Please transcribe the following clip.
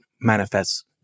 manifests